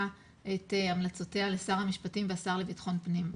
את המלצותיה לשר המשפטים והשר לבטחון פנים.